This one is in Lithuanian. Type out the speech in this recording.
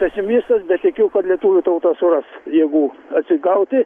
pesimistas bet tikiu kad lietuvių tauta suras jėgų atsigauti